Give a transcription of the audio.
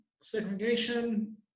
segregation